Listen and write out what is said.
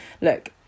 look